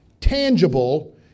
tangible